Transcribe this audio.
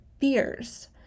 fears